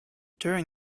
during